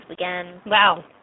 Wow